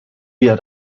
wir